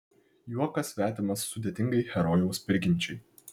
juokas svetimas sudėtingai herojaus prigimčiai